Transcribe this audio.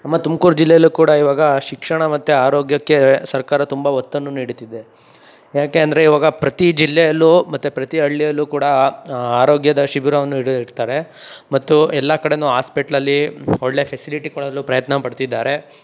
ನಮ್ಮ ತುಮ್ಕೂರು ಜಿಲ್ಲೆಯಲ್ಲೂ ಕೂಡ ಇವಾಗ ಶಿಕ್ಷಣ ಮತ್ತು ಆರೋಗ್ಯಕ್ಕೆ ಸರ್ಕಾರ ತುಂಬ ಒತ್ತನ್ನು ನೀಡುತ್ತಿದೆ ಏಕೆ ಅಂದರೆ ಇವಾಗ ಪ್ರತಿ ಜಿಲ್ಲೆಯಲ್ಲೂ ಮತ್ತೆ ಪ್ರತಿ ಹಳ್ಳಿಯಲ್ಲೂ ಕೂಡ ಆರೋಗ್ಯದ ಶಿಬಿರವನ್ನು ಇಡ ಇಡ್ತಾರೆ ಮತ್ತು ಎಲ್ಲ ಕಡೆಯೂ ಆಸ್ಪೆಟ್ಲಲ್ಲೀ ಒಳ್ಳೆ ಫೆಸಿಲಿಟಿ ಕೊಡಲು ಪ್ರಯತ್ನ ಪಡ್ತಿದ್ದಾರೆ